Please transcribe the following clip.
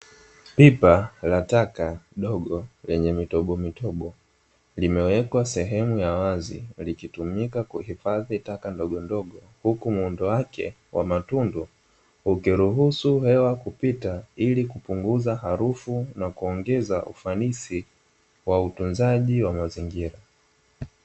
Pipa la taka dogo lenye mitobomitobo, limewekwa sehemu ya wazi likitumika kuhifadhi taka ndongondongo, huku muundo wake wa matundu ukiruhusu hewa kupita ili kupunguza harufu na kuongeza ufanisi wa utunzaji wa mazingira.